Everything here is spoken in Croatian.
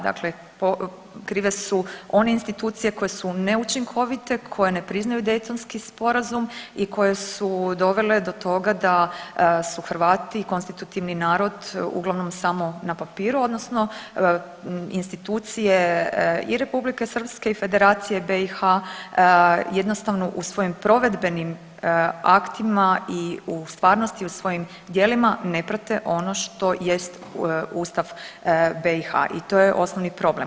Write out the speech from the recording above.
Dakle, krive su one institucije koje su neučinkovite, koje ne priznaju Daytonski sporazum i koje su dovele do toga su Hrvati konstitutivni narod uglavnom samo na papiru odnosno institucije i Republike Srpske i Federacije BiH jednostavno u svojim provedbenim aktima i u stvarnosti u svojim djelima ne prate ono što jest Ustav BiH i to je osnovni problem.